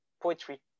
poetry